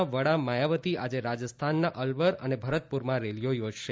ના વડા માયાવતી આજે રાજસ્થાનના અલવર તથા ભરતપુરમાં રેલીઓ યોજશે